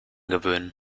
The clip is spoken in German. gewöhnen